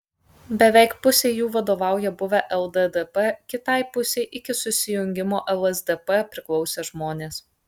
beveik pusei jų vadovauja buvę lddp kitai pusei iki susijungimo lsdp priklausę žmonės